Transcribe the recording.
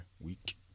week